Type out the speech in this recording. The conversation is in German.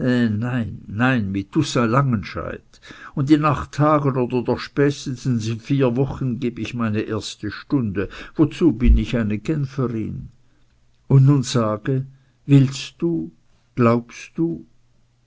nein nein mit toussaint langenscheidt und in acht tagen oder doch spätestens in vier wochen geb ich meine erste stunde wozu bin ich eine genferin und nun sage willst du glaubst du